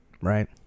Right